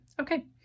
Okay